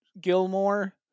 Gilmore